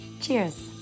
Cheers